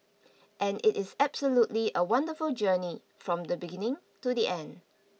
and it is absolutely a wonderful journey from the beginning to the end